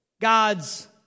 God's